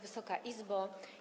Wysoka Izbo!